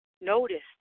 noticed